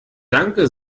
danke